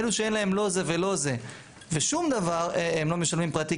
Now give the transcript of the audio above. אלו שאין להם לא זה ולא זה ושום דבר הם לא משלמים פרטי,